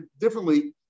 differently